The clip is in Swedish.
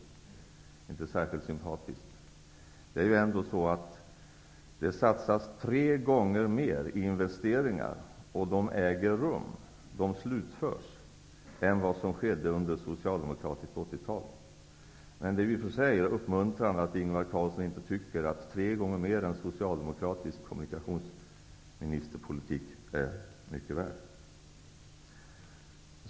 Det är inte särskilt sympatiskt. Det satsas ändå tre gånger mer i investeringar, och de slutförs, än vad som skedde under socialdemokratiskt 80-tal. Men det är i och för sig uppmuntrande att Ingvar Carlsson inte tycker att tre gånger mer än socialdemokratisk kommunikationsministerpolitik är mycket värd.